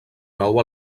nou